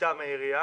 מטעם העירייה.